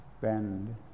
bend